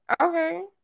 Okay